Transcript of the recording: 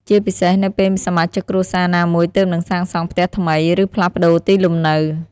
ជាពិសេសនៅពេលសមាជិកគ្រួសារណាមួយទើបនឹងសាងសង់ផ្ទះថ្មី ឬផ្លាស់ប្តូរទីលំនៅ។